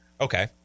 Okay